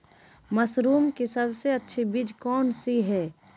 Mushroom की सबसे अच्छी बीज कौन सी है?